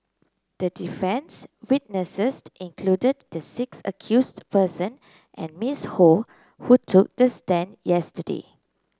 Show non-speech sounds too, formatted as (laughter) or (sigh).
the defence witnesses (unintelligible) included the six accused person and Miss Ho who took the stand yesterday